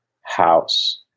house